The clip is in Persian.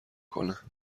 کنه